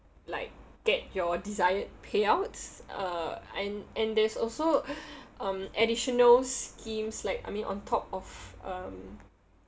like get your desired payouts uh and and there's also um additional schemes like I mean on top of um